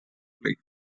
plate